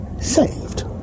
saved